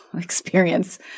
experience